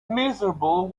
miserable